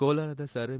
ಕೋಲಾರದ sir M